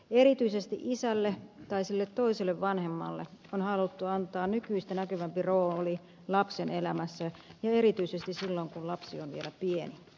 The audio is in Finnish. erityisesti isälle tai sille toiselle vanhemmalle on haluttu antaa nykyistä näkyvämpi rooli lapsen elämässä ja erityisesti silloin kun lapsi on vielä pieni